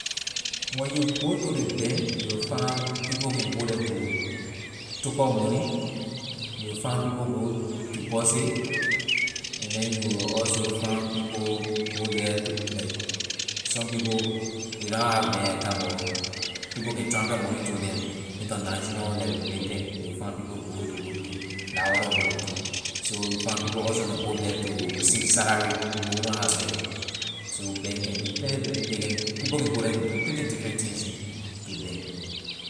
When you go to ley bank you will find people can go the to takor money you will find people go deposit and then you will also find people go the to like some people they don't have bank account but people can transfer money to them international like you will find people go to go do la other one neh too so you find people also can go the to receive salary people who don't have bank so bank can do plenty plenty ley can people can go the to do plenty different things neh to bank.